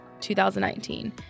2019